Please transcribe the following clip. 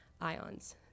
ions